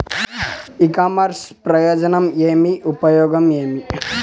ఇ commerce ప్రయోజనం ఏమి? ఉపయోగం ఏమి?